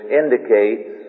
indicates